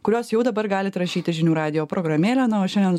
kuriuos jau dabar galit rašyti žinių radijo programėlę na o šiandien